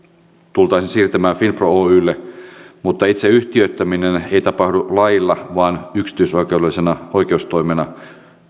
tultaisiin siirtämään finpro oylle mutta itse yhtiöittäminen ei tapahdu lailla vaan yksityisoikeudellisena oikeustoimena